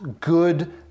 good